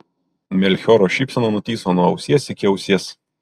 melchioro šypsena nutįso nuo ausies iki ausies